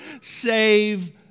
save